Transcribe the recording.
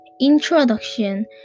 Introduction